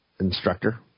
instructor